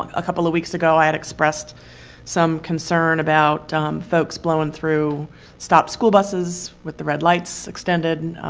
a couple of weeks ago, i had expressed some concern about folks blowing through stopped school buses with the red lights extended,